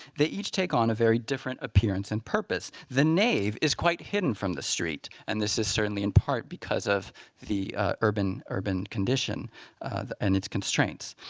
they each take on a very different appearance and purpose. the nave is quite hidden from the street. and this is certainly in part because of the urban urban condition and its constraints.